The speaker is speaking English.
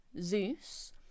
Zeus